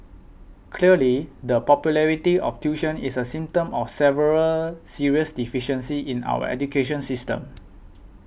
clearly the popularity of tuition is a symptom of several serious deficiencies in our education system